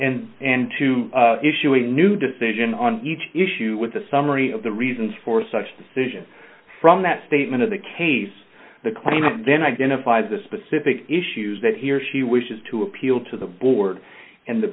end and to issue a new decision on each issue with the summary of the reasons for such decision from that statement of the case the claim then identifies the specific issues that he or she wishes to appeal to the board and the